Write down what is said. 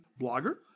blogger